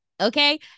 okay